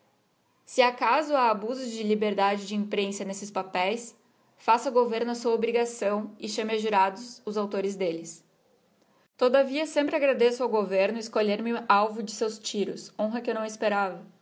se acaso ha abuso de liberdade de imprensa nesses papeis faça o governo a sua obrigação chame a jurados os autores d'elleb todavia sempre agradeço ao governo escolhei me para alvo de seus tiros honra que eu não esperava